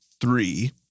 three